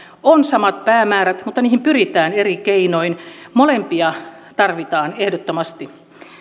on samat päämäärät mutta niihin pyritään eri keinoin molempia tarvitaan ehdottomasti